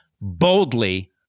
boldly